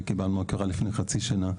קיבלנו הכרה לפני חצי שנה,